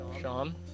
Sean